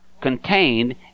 contained